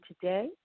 today